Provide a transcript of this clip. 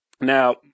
Now